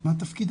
לא ידעתי